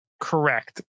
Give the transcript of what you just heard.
Correct